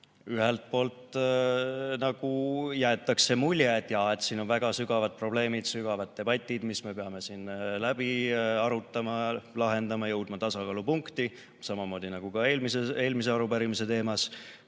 ühelt poolt nagu jäetakse mulje, et jah, siin on väga sügavad probleemid, sügavad debatid, mis me peame läbi arutama, lahendama, jõudma tasakaalupunkti – samamoodi nagu ka eelmise arupärimise teemas